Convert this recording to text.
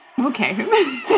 Okay